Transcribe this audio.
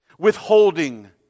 withholding